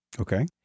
Okay